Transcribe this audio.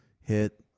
hit